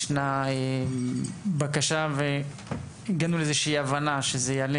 ישנה בקשה והגענו לאיזושהי הבנה שזה יעלה